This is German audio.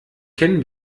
kennen